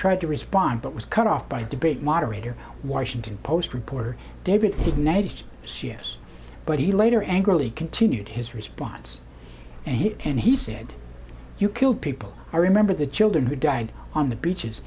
tried to respond but was cut off by debate moderator washington post reporter david ignatius yes but he later angrily continued his response and he and he said you killed people i remember the children who died on the beaches